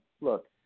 Look